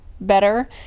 better